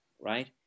right